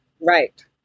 Right